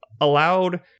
allowed